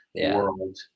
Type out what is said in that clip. world